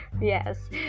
yes